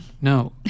No